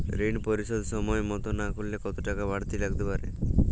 ঋন পরিশোধ সময় মতো না করলে কতো টাকা বারতি লাগতে পারে?